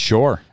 Sure